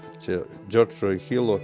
čia džordžo hilo